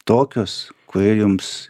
tokius kurie jums